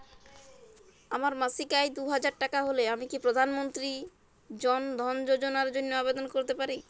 আমার মাসিক আয় দুহাজার টাকা হলে আমি কি প্রধান মন্ত্রী জন ধন যোজনার জন্য আবেদন করতে পারি?